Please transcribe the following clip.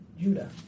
Judah